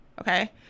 okay